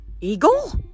Eagle